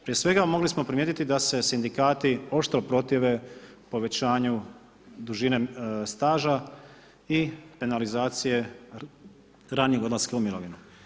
Prije svega mogli smo primijetiti da se sindikati oštro protive povećanju dužine staža i penalizacije ranijeg odlaska u mirovinu.